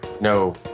No